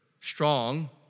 strong